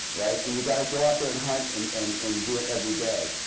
and you've got to go out there and hunt and and and do it every day.